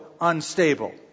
unstable